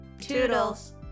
toodles